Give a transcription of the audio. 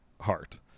heart